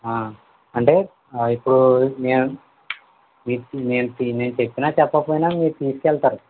అంటే ఇప్పుడు మీ మీకు మేం చెప్పిన చెప్పకపోయిన మీరు తీసుకెళ్తారు